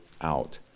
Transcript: out